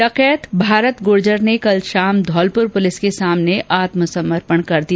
डकैत भारत गुर्जर ने कल शाम धौलपुर पुलिस के सामने आत्समर्पण कर दिया